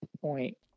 point